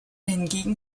hingegen